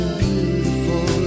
beautiful